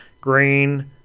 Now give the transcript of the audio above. green